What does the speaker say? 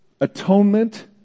atonement